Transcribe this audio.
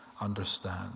understand